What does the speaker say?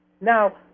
Now